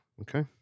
Okay